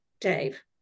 Dave